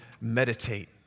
meditate